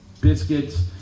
biscuits